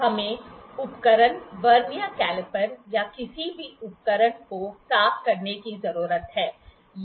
हमें उपकरणवर्नियर कैलीपर या किसी भी उपकरण को साफ करने की जरूरत है